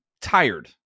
tired